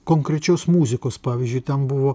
konkrečios muzikos pavyzdžiui ten buvo